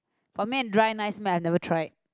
Ban-Mian dry nice meh I never tried